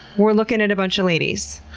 we're looking at a bunch of ladies.